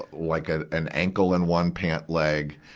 like ah an ankle in one pant leg,